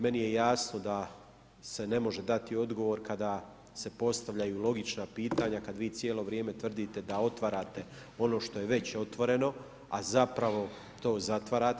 Meni je jasno da se ne može dati odgovor kada se postavljaju logična pitanja kad vi cijelo vrijeme tvrdite da otvarate ono što je već otvoreno, a zapravo to zatvarate.